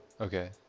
Okay